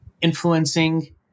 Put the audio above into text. influencing